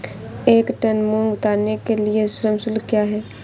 एक टन मूंग उतारने के लिए श्रम शुल्क क्या है?